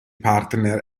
partner